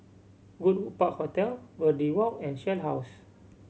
Goodwood Park Hotel Verde Walk and Shell House